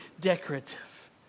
decorative